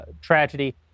tragedy